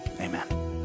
amen